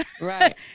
right